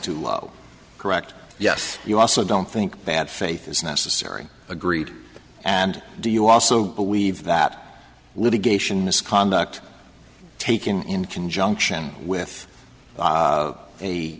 too low correct yes you also don't think bad faith is necessary agreed and do you also believe that litigation misconduct taken in conjunction with